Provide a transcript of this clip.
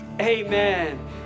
amen